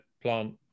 plant